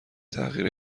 تغییر